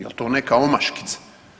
Je li to neka omaškica?